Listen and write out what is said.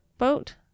boat